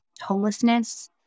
homelessness